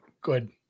Good